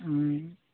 ହୁଁ